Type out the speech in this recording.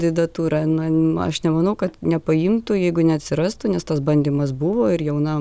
kandidatūra aš nemanau kad nepaimtų jeigu neatsirastų nes tas bandymas buvo ir jauna